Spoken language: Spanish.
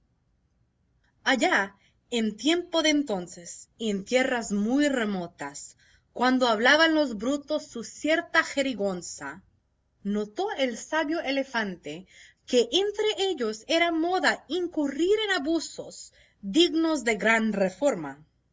allá en tiempo de entonces y en tierras muy remotas cuando hablaban los brutos su cierta jerigonza notó el sabio elefante que entre ellos era moda incurrir en abusos dignos de gran reforma